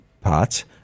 parts